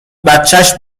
بچش